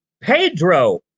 Pedro